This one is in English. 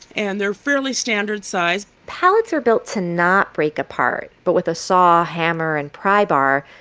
and they're fairly standard size pallets are built to not break apart, but with a saw, hammer and pry bar,